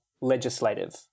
Legislative